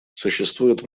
существует